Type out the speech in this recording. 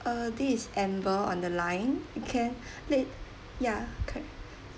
uh this is amber on the line you can play it yeah correct